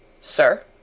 Sir